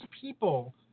people